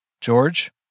George